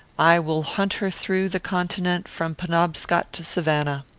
i will hunt her through the continent from penobscot to savannah.